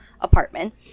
apartment